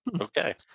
Okay